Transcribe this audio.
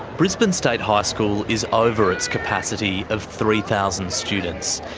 brisbane state high school is over its capacity of three thousand students,